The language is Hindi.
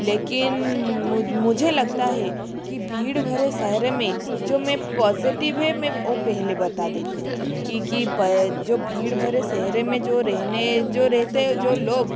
लेकिन मुझे लगता है कि भीड़ भरे शहर में जो मैं पॉज़िटिव है मैं वो पहले बता देती हूँ क्योंकि पा जो भीड़ भरे शहर में जो रहने जो रहते है जो लोग